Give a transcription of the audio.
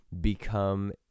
become